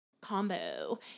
combo